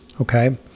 Okay